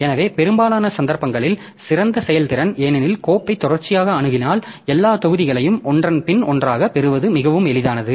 எனவே பெரும்பாலான சந்தர்ப்பங்களில் சிறந்த செயல்திறன் ஏனெனில் கோப்பை தொடர்ச்சியாக அணுகினால் எல்லா தொகுதிகளையும் ஒன்றன் பின் ஒன்றாகப் பெறுவது மிகவும் எளிதானது